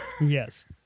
Yes